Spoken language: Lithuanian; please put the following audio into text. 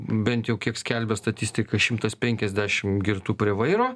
bent jau kiek skelbia statistika šimtas penkiasdešim girtų prie vairo